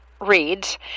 reads